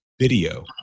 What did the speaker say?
video